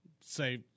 say